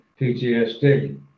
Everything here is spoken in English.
PTSD